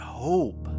hope